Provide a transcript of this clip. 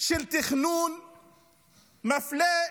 של תכנון מפלה לרעה.